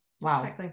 Wow